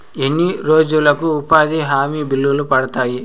ఎన్ని రోజులకు ఉపాధి హామీ బిల్లులు పడతాయి?